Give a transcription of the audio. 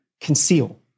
conceal